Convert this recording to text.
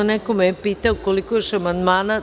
Neko me je pitao koliko ima još amandmana.